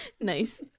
Nice